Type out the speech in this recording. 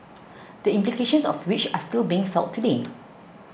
the implications of which are still being felt today